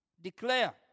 declare